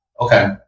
Okay